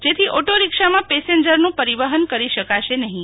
જેથા auto રીક્ષામાં પેસેન્જરનું પરિવહન કરી શકાશે નહીં